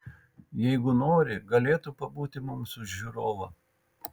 jeigu nori galėtų pabūti mums už žiūrovą